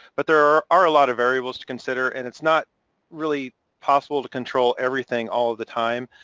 but there are a lot of variables to consider, and it's not really possible to control everything all the time.